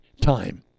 time